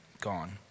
gone